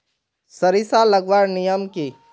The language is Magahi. सरिसा लगवार नियम की?